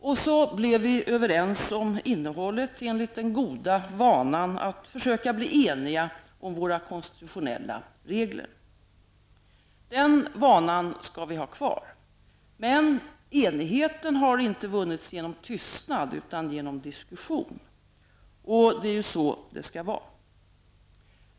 Och så blev vi överens om innehållet, enligt den goda vanan att försöka blir eniga om våra konstitutionella regler. Den vanan skall vi ha kvar. Men enigheten har inte vunnits genom tystnad utan genom diskussion. Det är ju så det skall vara.